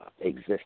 exist